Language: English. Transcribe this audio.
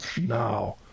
now